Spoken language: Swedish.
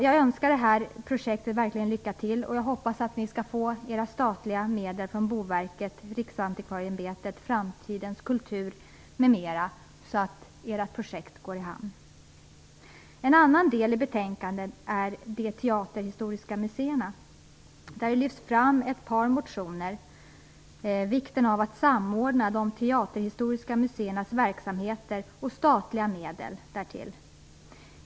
Jag önskar projektet lycka till, och jag hoppas att man skall få statliga medel från En annan del i betänkandet är de teaterhistoriska museerna. Ett par motioner lyfts fram. Bl.a. tar man upp vikten av att samordna de teaterhistoriska museernas verksamheter och statliga medel därtill.